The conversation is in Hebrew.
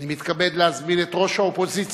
אני מתכבד להזמין את ראש האופוזיציה,